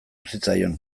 zitzaion